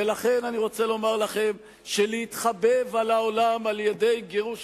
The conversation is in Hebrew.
ולכן אני רוצה לומר לכם שלהתחבב על העולם על-ידי גירוש